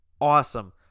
awesome